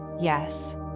yes